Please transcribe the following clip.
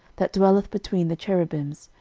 that dwelleth between the cherubims,